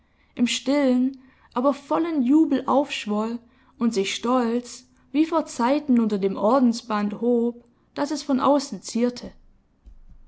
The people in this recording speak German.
im stillen aber vollen jubel aufschwoll und sich stolz wie vor zeiten unter dem ordensband hob das es von außen zierte